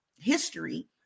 history